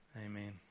Amen